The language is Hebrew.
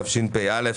תשפ"א-1951.